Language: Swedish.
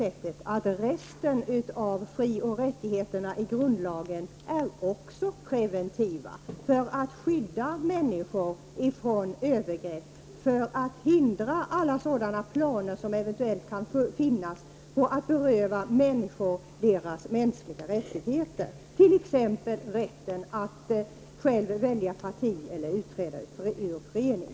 Även övriga fri och rättigheter i grundlagen syftar till att skydda människor mot övergrepp och hindra alla planer som eventuellt kan finnas på att beröva människor deras mänskliga rättigheter, t.ex. rätten att själv välja parti eller rätten att utträda ur en förening.